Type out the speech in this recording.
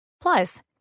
Plus